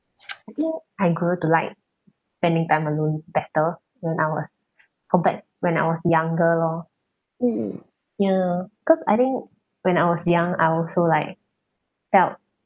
I think I grow to like spending time alone better when I was compared when I was younger lor ya cause I think when I was young I also like felt